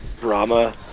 drama